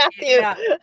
Matthew